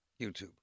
YouTube